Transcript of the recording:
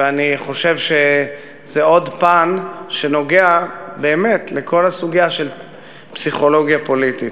ואני חושב שזה עוד פן שנוגע באמת לכל הסוגיה של פסיכולוגיה פוליטית,